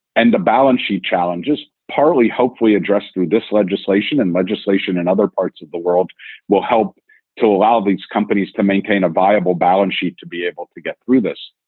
and the balance sheet challenges partly hopefully addressed through this legislation and legislation in and other parts of the world will help to allow these companies to maintain a viable balance sheet to be able to get through this.